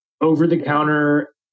over-the-counter